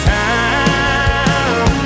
time